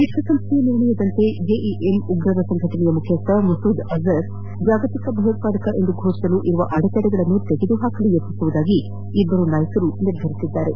ವಿಶ್ವಸಂಸ್ಥೆಯ ನಿರ್ಣಯದಂತೆ ಜೆಇಎಂ ಭಯೋತ್ಪಾದಕ ಸಂಘಟನೆಯ ಮುಖ್ಯಸ್ವ ಮಸೂದ್ ಅಜರ್ ಜಾಗತಿಕ ಭಯೋತ್ಪಾದಕ ಎಂದು ಫೋಷಿಸಲು ಇರುವ ಅಡೆತಡೆಗಳನ್ನು ತೆಗೆದು ಹಾಕಲು ಪ್ರಯತ್ನಿಸುವುದಾಗಿ ಇಬ್ಬರು ನಿರ್ಧಾರ ಕೈಗೊಂಡಿದ್ದಾರೆ